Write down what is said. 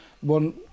one